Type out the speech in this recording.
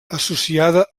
associada